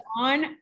on